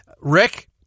Rick